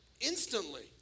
instantly